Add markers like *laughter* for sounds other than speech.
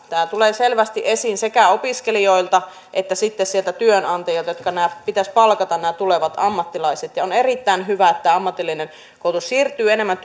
tämä tulee selvästi esiin sekä opiskelijoilta että työnantajilta joiden pitäisi palkata nämä tulevat ammattilaiset on erittäin hyvä että ammatillinen koulutus siirtyy enemmän *unintelligible*